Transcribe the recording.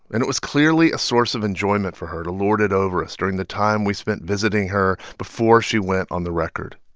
and it was clearly a source of enjoyment for her to lord it over us during the time we spent visiting her before she went on the record.